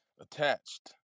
attached